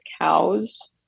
cows